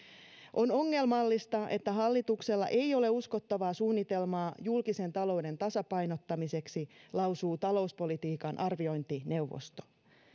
on ongelmallista että hallituksella ei ole uskottavaa suunnitelmaa julkisen talouden tasapainottamiseksi lausuu talouspolitiikan arviointineuvosto